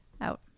out